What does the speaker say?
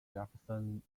jefferson